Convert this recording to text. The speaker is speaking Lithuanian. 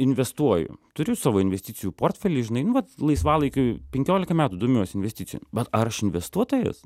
investuoju turiu savo investicijų portfelį žinai nu vat laisvalaikiu penkiolika metų domiuosi investicijom ar aš investuotojas